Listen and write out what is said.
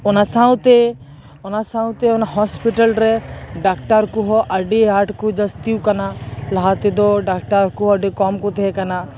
ᱚᱱᱟ ᱥᱟᱶᱛᱮ ᱚᱱᱟ ᱥᱟᱶᱛᱮ ᱚᱱᱟ ᱦᱳᱥᱯᱤᱴᱟᱞ ᱨᱮ ᱰᱟᱠᱛᱟᱨ ᱠᱚᱦᱚᱸ ᱟᱹᱰᱤ ᱟᱴ ᱠᱚ ᱡᱟᱹᱥᱛᱤ ᱟᱠᱟᱱᱟ ᱞᱟᱦᱟ ᱛᱮᱫᱚ ᱰᱟᱠᱴᱟᱨ ᱠᱚ ᱟᱹᱰᱤ ᱠᱚᱢ ᱠᱚ ᱛᱟᱦᱮᱸ ᱠᱟᱱᱟ